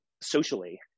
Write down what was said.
socially